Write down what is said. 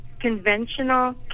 conventional